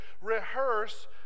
rehearse